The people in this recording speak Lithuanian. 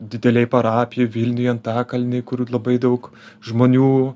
didelėj parapijoj vilniuj antakalny kur labai daug žmonių